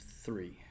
three